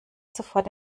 sofort